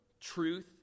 truth